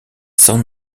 san